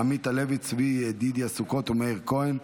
עמית הלוי, צבי ידידיה סוכות ומאיר כהן.